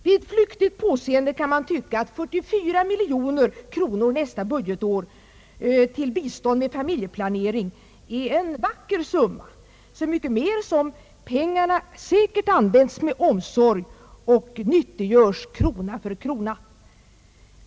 Vid ett flyktigt påseende kan man tycka att 44 miljoner kronor nästa budgetår till bistånd med familjeplanering är en vacker summa, så mycket mer som pengarna säkert an vänds med omsorg och nyttiggörs krona för krona.